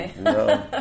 No